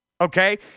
okay